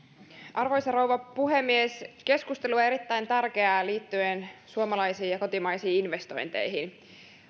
arvoisa rouva puhemies keskustelu on erittäin tärkeää liittyen suomalaisiin ja kotimaisiin investointeihin